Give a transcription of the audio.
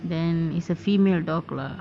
then it's a female dog lah